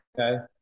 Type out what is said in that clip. Okay